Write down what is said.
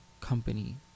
company